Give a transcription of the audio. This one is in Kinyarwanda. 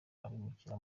abimukira